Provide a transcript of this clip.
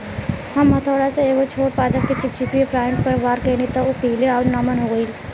हम हथौड़ा से एगो छोट पादप के चिपचिपी पॉइंट पर वार कैनी त उ पीले आउर नम हो गईल